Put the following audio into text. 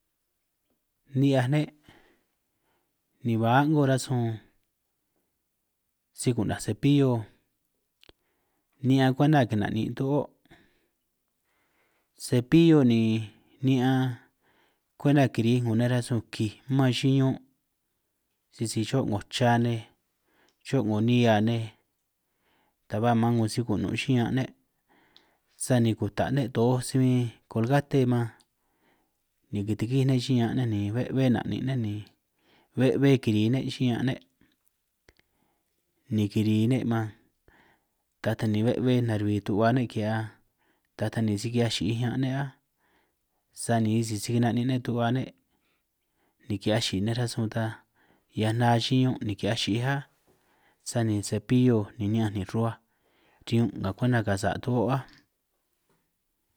Ni'hiaj ne' ni ba a'ngo rasun si ku'naj sepillo ni'ñan kwenta kina'nin' du'huo', sepillo ni ni'ñan kwenta kirij 'ngo nej rasun kij man chi'i ñun', sisi cho' 'ngo cha nej cho 'ngo nihia nej ta ba ma'an 'ngo si kunu' chi'i ñan' ne', sani kuta ne' toj si bin kolgate man ni kitigij ne' chi'i ñan' ne', ni be'e na'nin' ne' ni be'e be'e kiri ne' chi'i ñan ne', ni kiri ne' man ta ta ni be'e be'e naruhui tu'hua ne' ki'hia, ta ta ni si ki'hiaj chi'ij ñan ne' áj, sani isi si kina'nin ne' tu'hua ne' ni ki'hiaj chi'ij nej rasun ta hiaj na chi'i ñun' ni ki'hiaj chi'ij áj, sani sepillo ni ni'ñanj nin' rruhuaj riñun' ka kwenta ka sa' tuhuo' áj.